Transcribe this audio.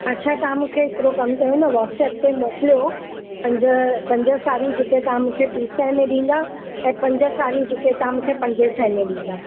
अछा तव्हां मूंखे हिकिड़ो कमु कयो न वॉट्सअप ते मोकिलियो पंज पंज साड़ियूं जेके तव्हां मूंखे टीं सवें में ॾींदा ऐं पंज साड़ियूं जेके तव्हां मूंखे पंजे सवें में ॾींदा